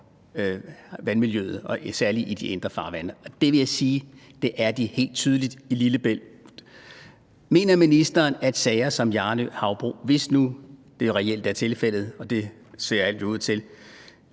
vandmiljøet, særlig i de indre farvande. Og det er de helt tydeligt i Lillebælt. Mener ministeren, at det – hvis de som i sager som med Hjarnø Havbrug, hvis det reelt er tilfældet, og det ser alt ud til,